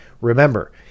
Remember